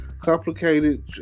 complicated